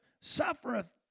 suffereth